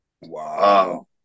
Wow